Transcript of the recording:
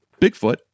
bigfoot